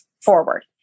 forward